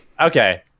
okay